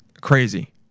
crazy